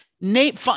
Nate